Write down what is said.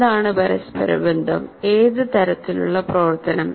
എന്താണ് പരസ്പര ബന്ധം ഏത് തരത്തിലുള്ള പ്രവർത്തനം